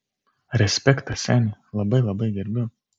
respektas seni labai labai gerbiu